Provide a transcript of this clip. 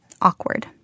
awkward